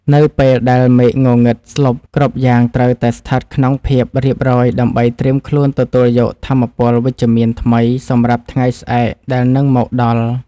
នៅពេលដែលមេឃងងឹតស្លុបគ្រប់យ៉ាងត្រូវតែស្ថិតក្នុងភាពរៀបរយដើម្បីត្រៀមខ្លួនទទួលយកថាមពលវិជ្ជមានថ្មីសម្រាប់ថ្ងៃស្អែកដែលនឹងមកដល់។